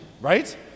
right